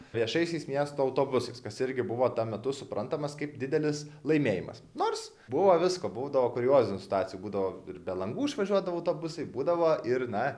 viešaisiais miesto autobusais kas irgi buvo ta metu suprantamas kaip didelis laimėjimas nors buvo visko būdavo kuriozinių situacijų būdavo ir be langų išvažiuodavo autobusai būdavo ir na